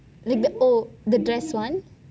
like oh the dress one